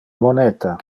moneta